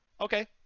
Okay